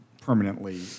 permanently